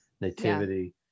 nativity